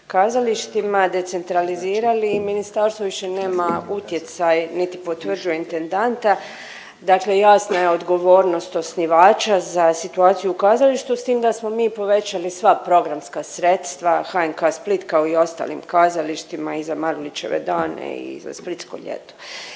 kazalištima, decentralizirali i ministarstvo više nema utjecaj niti potvrđuje intendanta. Dakle, jasna je odgovornost osnivača za situaciju u kazalištu s tim da smo mi povećali sva programska sredstva HNK Split kao i ostalim kazalištima i za Marulićeve dane i za Splitsko ljeto.